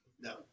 No